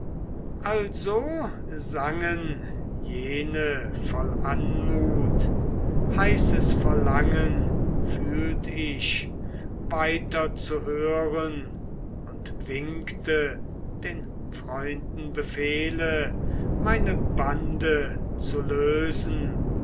also sangen jene voll anmut heißes verlangen fühlt ich weiter zu hören und winkte den freunden befehle meine bande zu lösen